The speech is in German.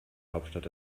hauptstadt